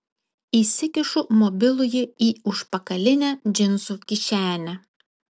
įsikišu mobilųjį į užpakalinę džinsų kišenę